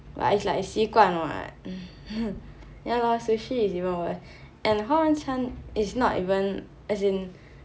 but it's like 习惯 what ya lor sushi is even worse and 华人餐 is not even as in